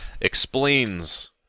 explains